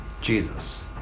Jesus